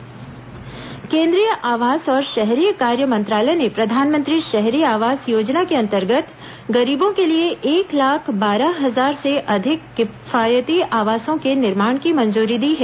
आवास योजना केंद्रीय आवास और शहरी कार्य मंत्रालय ने प्रधानमंत्री शहरी आवास योजना के अंतर्गत गरीबों के लिए एक लाख बारह हजार से अधिक किफायती आवासों के निर्माण की मंजूरी दी है